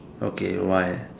okay why